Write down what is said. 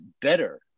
better